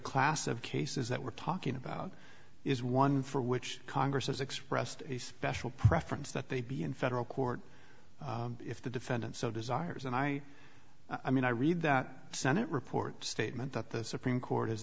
class of cases that we're talking about is one for which congress has expressed a special preference that they be in federal court if the defendant so desires and i i mean i read that senate report statement that the supreme court has